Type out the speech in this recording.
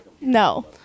No